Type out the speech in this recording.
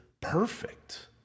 perfect